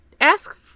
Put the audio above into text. ask